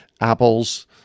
apples